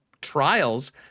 trials